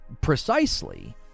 Precisely